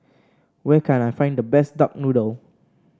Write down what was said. where can I find the best Duck Noodle